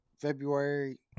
February